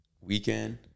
weekend